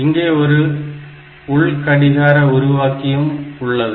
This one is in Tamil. இங்கே ஒரு உள் கடிகார உருவாக்கியும் உள்ளது